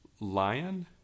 Lion